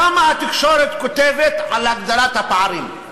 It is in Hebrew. כמה התקשורת כותבת על הגדלת הפערים?